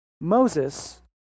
Moses